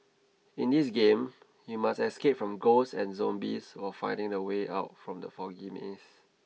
in this game you must escape from ghosts and zombies while finding the way out from the foggy maze